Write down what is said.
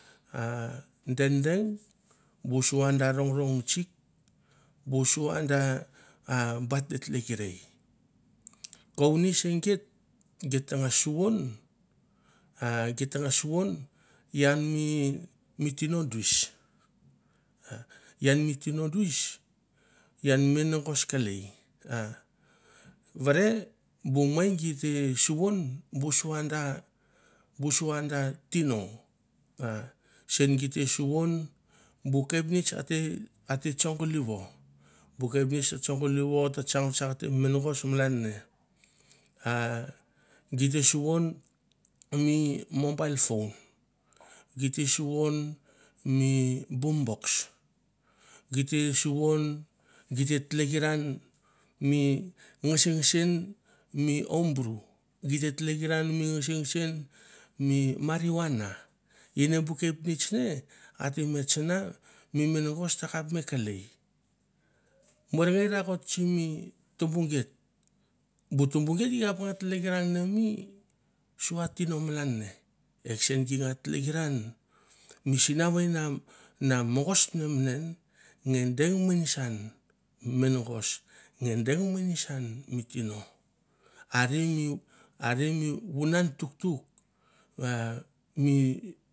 A dedeng bu sua da rong rong tsik, bu sua da bat bat tlek rei kovni se geit, geit tangas suvon a geit tangas suvon ian mi mi tino duis, ian mai duis ian mi menagos kelei a vere bu mei gi te suvon bu sua da sua da tino, sen gi te suvon, bu kapnets ate tsongolivo, bu kepnets ta tsongalivo ta tsang vatsakte mi menagas malan ne a gi te suvon mi mobile phone, gi te suvon mi boom box, gi te suvon, gi te tlekiran mi ngesengesen mi home brew, gi te tlekiran mi ngesengesen mi marijuana ine kepnets ne ate mi tsana mi menagas takap me kelei. Morngei rakot simi tumbu geit, bu tumbu geit gi kap nga tlekiran ne mi sua tino malan ne, e kesen gi nga tlekran mi sinavei n mogos menemenen nge deng menesan mi mengos nge deng menesan mi tino. Are i are mi vunan tuktuk va mi.